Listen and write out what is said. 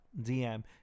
dm